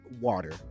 water